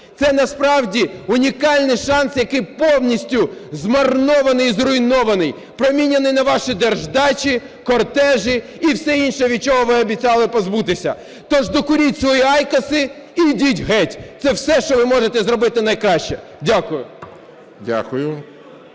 Це насправді унікальний шанс, який повністю змарнований і зруйнований, проміняний на ваші держдачі, кортежі і все інше, від чого ви обіцяли позбутися. Тож докуріть свої Айкоси і йдіть геть, це все, що ви можете зробити найкраще. Дякую.